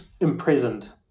imprisoned